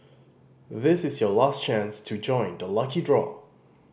this is your last chance to join the lucky draw